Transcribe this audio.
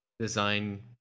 design